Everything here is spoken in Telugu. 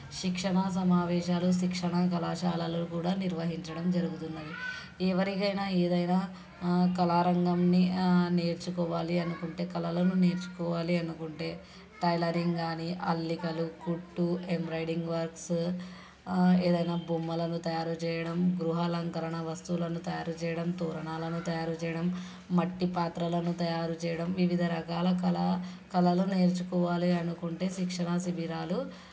శిక్షణా సమావేశాలు శిక్షణా కళాశాలలు కూడా నిర్వహించడం జరుగుతున్నది ఎవరికైనా ఏదైనా కళారంగాన్ని నేర్చుకోవాలి అనుకుంటే కళలను నేర్చుకోవాలి అనుకుంటే టైలరింగ్ కానీ అల్లికలు కుట్టు ఎంబ్రాయిడింగ్ వర్క్సు ఏదైనా బొమ్మలను తయారు చేయడం గృహ అలంకరణ వస్తువులను తయారుచేయడం తోరణాలను తయారుచేయడం మట్టి పాత్రలను తయారు చేయడం వివిధ రకాల కళ కళలు నేర్చుకోవాలి అనుకుంటే శిక్షణా శిబిరాలు